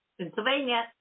Pennsylvania